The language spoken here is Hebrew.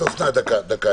דקה,